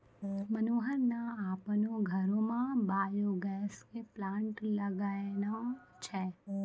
मनोहर न आपनो घरो मॅ बायो गैस के प्लांट लगैनॅ छै